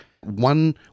one